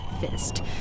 fist